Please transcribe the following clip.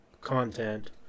content